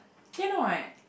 cannot